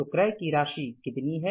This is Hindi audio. तो क्रय की राशि कितनी है